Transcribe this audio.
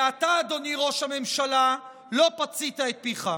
ואתה, אדוני ראש הממשלה, לא פצית את פיך.